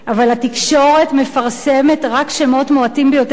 אבל התקשורת מפרסמת רק שמות מועטים ביותר של